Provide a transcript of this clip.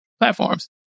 platforms